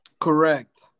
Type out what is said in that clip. Correct